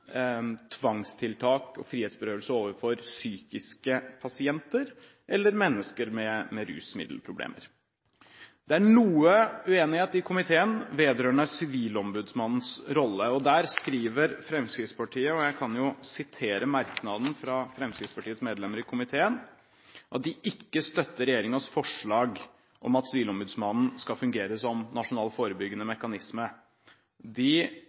tvangstiltak og frihetsberøvelse overfor psykiatriske pasienter eller mennesker med rusmiddelproblemer. Det er noe uenighet i komiteen vedrørende Sivilombudsmannens rolle. Der skriver Fremskrittspartiet – og jeg kan jo sitere merknaden fra Fremskrittspartiets medlemmer i komiteen – at de «støtter ikke regjeringens forslag om at Stortingets ombudsmann for forvaltningen skal fungere som nasjonal forebyggende mekanisme». De